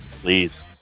please